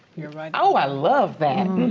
you're right. oh, i love that.